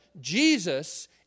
Jesus